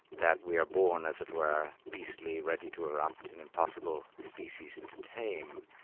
that we are born, as it were, beastly, ready to erupt, an impossible species to tame.